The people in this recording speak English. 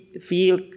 feel